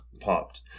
popped